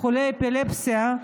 חולה אפילפסיה,